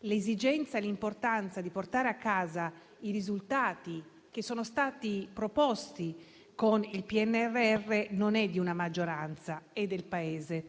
l'esigenza e l'importanza di portare a casa i risultati che sono stati proposti con il PNRR sono non di una maggioranza, ma del Paese.